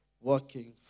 working